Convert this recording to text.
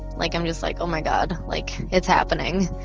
like i'm just like, oh my god, like it's happening.